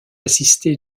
assisté